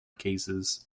cases